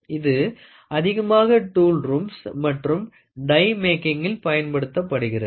இது அதிகமாக tool rooms மற்றும் டை மேக்கிங்கில் பயன்படுத்தப்படுகிறது